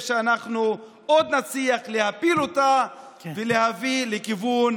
שאנחנו עוד נצליח להפיל אותה ולהביא לכיוון